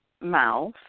mouth